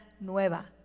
nueva